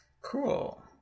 Cool